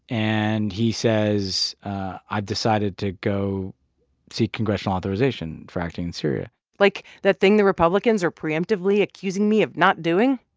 and he says, i've decided to go seek congressional authorization for acting in syria like, the thing the republicans are pre-emptively accusing me of not doing,